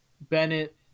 Bennett